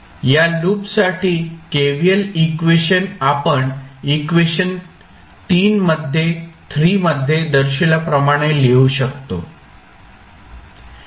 या लूपसाठी KVL equation आपण इक्वेशन मध्ये दर्शविल्याप्रमाणे लिहू शकतो